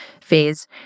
phase